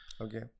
Okay